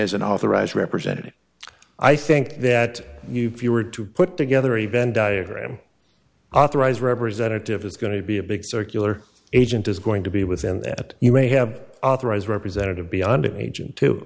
is an authorized representative i think that you if you were to put together even diagram authorized representative it's going to be a big circular agent is going to be within that you may have authorized representative beyond agent to